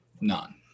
None